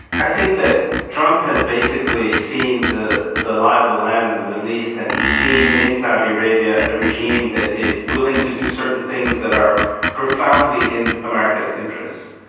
i think that trump has basically seen the the lie of the land in and the middle east and he's seen in saudi arabia a regime that is willing to do certain things that are profoundly in america's interests,